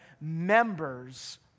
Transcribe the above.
members